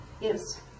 Yes